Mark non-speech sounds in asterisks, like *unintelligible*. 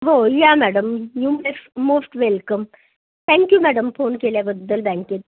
हो या madam U *unintelligible* most welcome thank you madam phone केल्याबद्दल बँकेत